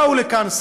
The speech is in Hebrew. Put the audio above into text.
ובאו לכאן,